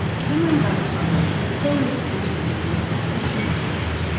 cameron's avatar though is a very interesting recognition of that,